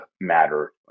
matter